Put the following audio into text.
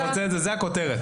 זאת הכותרת.